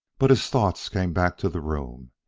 but his thoughts came back to the room.